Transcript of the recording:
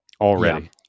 already